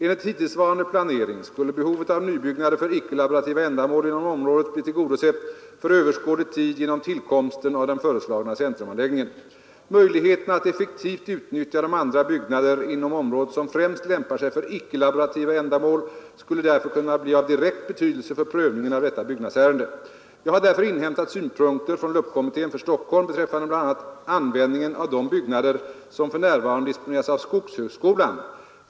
Enligt hittillsvarande planering skulle behovet av nybyggnader för icke-laborativa ändamål inom området bli tillgodosett för överskådlig tid genom tillkomsten av den föreslagna centrumanläggningen. Möjligheterna att effektivt utnyttja de andra byggnader inom området som främst lämpar sig för icke-laborativa ändamål skulle därför kunna bli av direkt betydelse för prövningen av detta byggnadsärende. Jag har därför inhämtat synpunkter från LUP kommittén för Stockholm beträffande bl.a. användningen av de byggnader som för närvarande disponeras av skogshögskolan.